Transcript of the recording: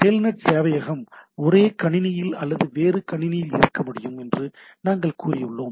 Telnet சேவையகம் ஒரே கணினியில் அல்லது வேறு கணினியில் இருக்க முடியும் என்று நாங்கள் கூறியுள்ளோம்